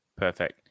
perfect